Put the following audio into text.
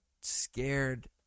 scared